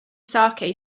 saké